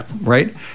right